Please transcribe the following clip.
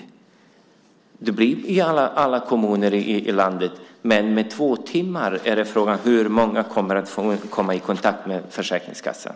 Ett kontor kommer att finnas i alla kommuner i landet, men med två timmars öppettid är frågan hur många som kommer att komma i kontakt med Försäkringskassan.